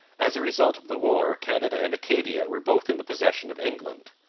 as a result of the war canada and acadia were both in the possession of england.